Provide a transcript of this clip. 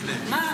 מה,